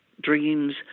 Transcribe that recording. dreams